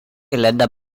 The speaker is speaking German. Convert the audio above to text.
länder